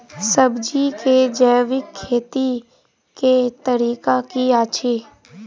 सब्जी केँ जैविक खेती कऽ तरीका की अछि?